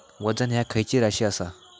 वजन ह्या खैची राशी असा?